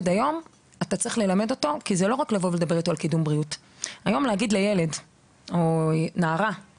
זה לא יעזור רק לדבר עם הילדים על קידום